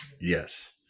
Yes